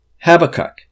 Habakkuk